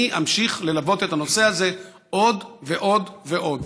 אני אמשיך ללוות את הנושא הזה עוד ועוד ועוד.